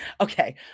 okay